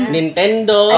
Nintendo